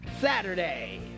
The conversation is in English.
Saturday